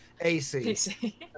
ac